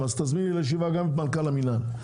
אז תזמיני לישיבה גם את מנכ"ל המנהל.